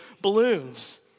balloons